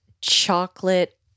chocolate